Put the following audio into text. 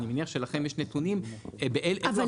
אני מניח שלכם יש נתונים באילו הפרות --- אבל,